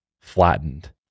flattened